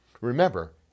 Remember